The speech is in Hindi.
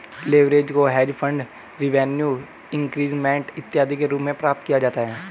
लेवरेज को हेज फंड रिवेन्यू इंक्रीजमेंट इत्यादि के रूप में प्राप्त किया जा सकता है